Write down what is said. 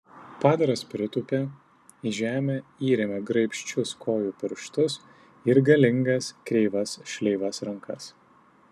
padaras pritūpė į žemę įrėmė graibščius kojų pirštus ir galingas kreivas šleivas rankas